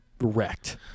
wrecked